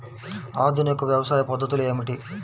ఆధునిక వ్యవసాయ పద్ధతులు ఏమిటి?